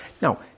Now